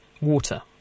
water